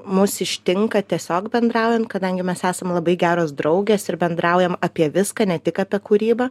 mus ištinka tiesiog bendraujant kadangi mes esam labai geros draugės ir bendraujam apie viską ne tik apie kūrybą